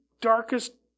darkest